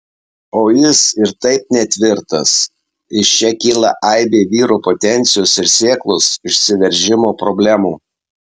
o jis ir taip netvirtas iš čia kyla aibė vyrų potencijos ir sėklos išsiveržimo problemų